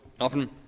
often